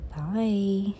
bye